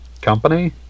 company